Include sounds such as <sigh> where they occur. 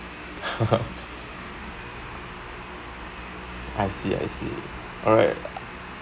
<laughs> I see I see alright